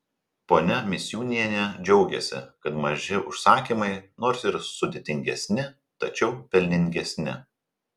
ponia misiūnienė džiaugiasi kad maži užsakymai nors ir sudėtingesni tačiau pelningesni